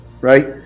right